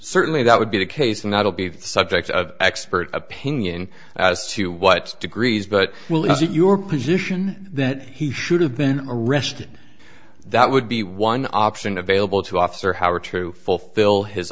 certainly that would be the case and that'll be the subject of expert opinion as to what degrees but is it your position that he should have been arrested that would be one option available to officer however true fulfill his